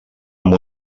amb